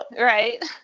right